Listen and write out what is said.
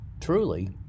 truly